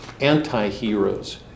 anti-heroes